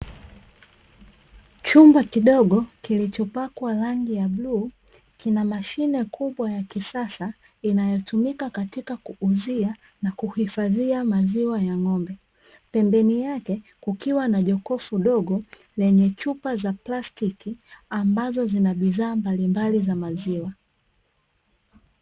Chumba kidogo kilichopakwa rangi ya bluu, kina mashine kubwa ya kisasa inayotumika katika kuuzia na kuhifadhia maziwa ya ng'ombe. Pembeni yake kukiwa na jokofu dogo, lenye chupa za plastiki ambazo zina bidhaa mbalimbali za maziwa.